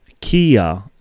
Kia